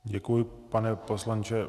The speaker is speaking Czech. Děkuji, pane poslanče.